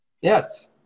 Yes